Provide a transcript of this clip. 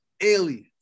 aliens